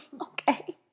okay